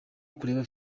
kureba